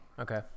okay